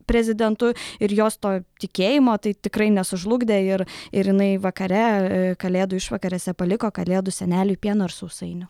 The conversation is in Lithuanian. prezidentu ir jos to tikėjimo tai tikrai nesužlugdė ir ir jinai vakare kalėdų išvakarėse paliko kalėdų seneliui pieno ir sausainių